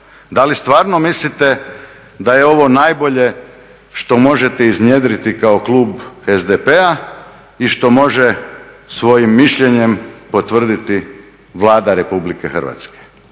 Da li stvarno mislite da je ovo najbolje što možete iznjedriti kao klub SDP-a i što može svojim mišljenjem potvrditi Vlada Republike Hrvatske?